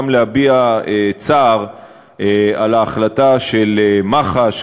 גם להביע צער על ההחלטה של מח"ש,